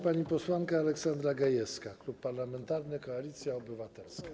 Pani posłanka Aleksandra Gajewska, Klub Parlamentarny Koalicja Obywatelska.